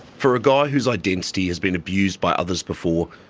for a guy whose identity has been abused by others before,